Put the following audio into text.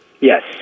Yes